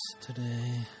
today